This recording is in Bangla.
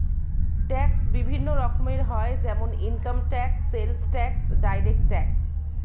ট্যাক্স বিভিন্ন রকমের হয় যেমন income tax, sales tax, direct tax